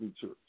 church